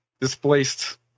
displaced